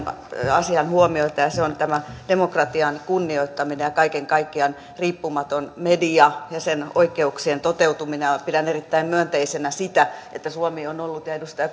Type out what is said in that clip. asiaan huomiota ja se on tämä demokratian kunnioittaminen ja kaiken kaikkiaan riippumaton media ja sen oikeuksien toteutuminen pidän erittäin myönteisenä sitä että suomi on ollut ja edustaja